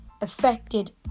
affected